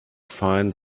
find